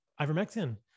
ivermectin